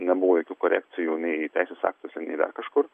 nebuvo jokių korekcijų nei teisės aktuose nei dar kažkur